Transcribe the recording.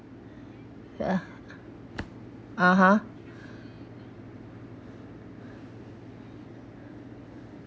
ya (uh huh)